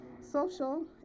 social